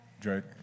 Drake